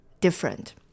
different